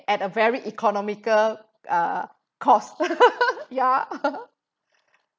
at a very economical uh cost ya